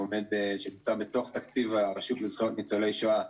שנמצא בתוך תקציב הרשות לזכויות ניצולי השואה,